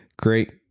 Great